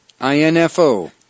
info